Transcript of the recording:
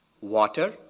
water